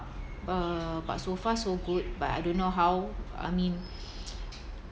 uh but so far so good but I don't know how I mean